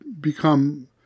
become